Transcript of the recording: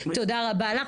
תודה רבה לך.